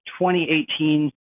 2018